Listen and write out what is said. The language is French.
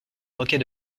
moquer